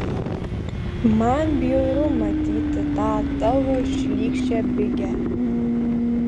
man bjauru matyti tą tavo šlykščią bigę